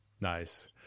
Nice